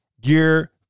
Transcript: gear